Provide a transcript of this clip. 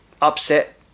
upset